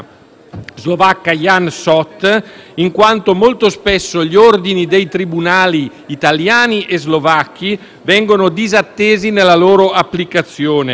slovacca Jan Soth, in quanto molto spesso gli ordini dei tribunali italiani e slovacchi vengono disattesi nella loro applicazione.